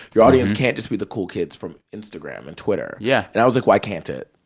your audience can't just be the cool kids from instagram and twitter yeah and i was like, why can't it?